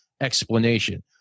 explanation